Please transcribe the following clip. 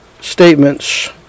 statements